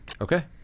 Okay